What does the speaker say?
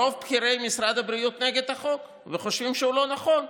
רוב בכירי משרד הבריאות נגד החוק וחושבים שהוא לא נכון.